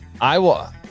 Iowa